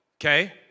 okay